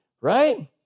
right